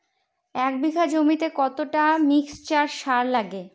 এক বিঘা জমিতে কতটা মিক্সচার সার লাগে?